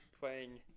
playing